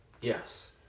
Yes